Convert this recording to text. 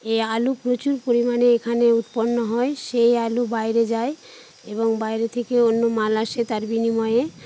এই আলু প্রচুর পরিমানে এখানে উৎপন্ন হয় সেই আলু বাইরে যায় এবং বাইরে থেকে অন্য মাল আসে তার বিনিময়ে